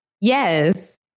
Yes